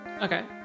Okay